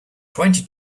twenty